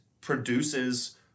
produces